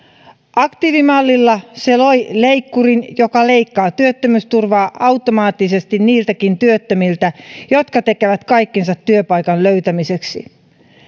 aktiivimallilla se loi leikkurin joka leikkaa työttömyysturvaa automaattisesti niiltäkin työttömiltä jotka tekevät kaikkensa työpaikan löytämiseksi